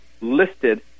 listed